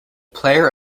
player